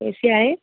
ए C आहे